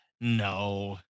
No